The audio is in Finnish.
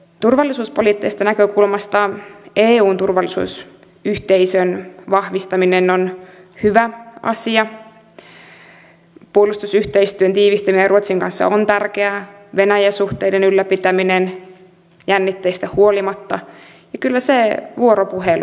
turvallisuuspoliittisesta näkökulmasta eun turvallisuusyhteisön vahvistaminen on hyvä asia puolustusyhteistyön tiivistäminen ruotsin kanssa on tärkeää venäjä suhteiden ylläpitäminen jännitteistä huolimatta ja kyllä se vuoropuhelu